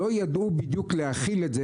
לא ידעו בדיוק להכיל את זה,